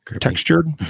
textured